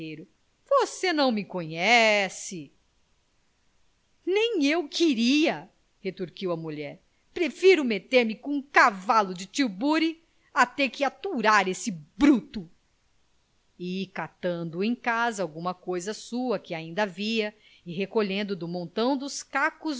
você não me conhece nem eu queria retorquiu a mulher prefiro meter-me com um cavalo de tílburi a ter de aturar este bruto e catando em casa alguma coisa sua que ainda havia e recolhendo do montão dos cacos